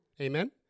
Amen